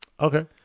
Okay